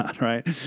right